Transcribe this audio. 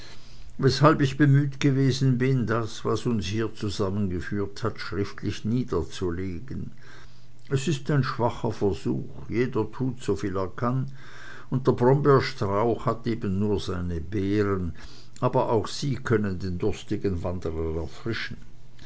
weshalb ich bemüht gewesen bin das was uns hier zusammengeführt hat schriftlich niederzulegen es ist ein schwacher versuch jeder tut soviel er kann und der brombeerstrauch hat eben nur seine beeren aber auch sie können den durstigen wanderer erfrischen